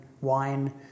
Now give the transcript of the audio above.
wine